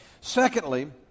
Secondly